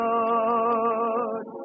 Lord